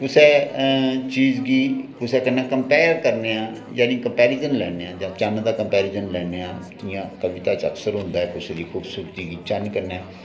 कुसै चीज गी कुसै कन्नै कंपेयर करनेआं जानी कम्पैरिजन करनेआं जां चन्न दा कम्पैरिजन लैने आं जि'यां कविता च अक्सर होंदा ऐ कुसा दी खूबसुरती गी चन्न कन्नै